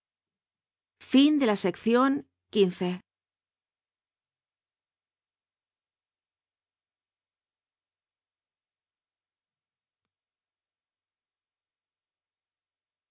es la acción